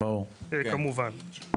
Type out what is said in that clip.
כמובן.